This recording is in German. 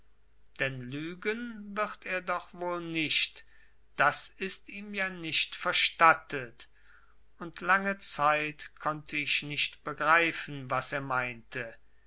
denn lügen wird er doch wohl nicht das ist ihm ja nicht verstattet und lange zeit konnte ich nicht begreifen was er meinte